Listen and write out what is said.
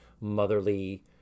motherly